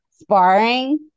Sparring